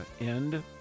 end